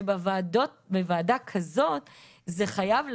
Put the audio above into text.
שבוועדה כזאת זה חייב לשבת,